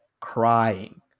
crying